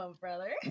brother